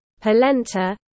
polenta